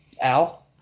Al